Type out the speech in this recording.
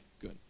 good